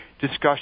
discussion